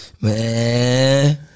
Man